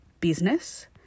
business